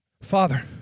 Father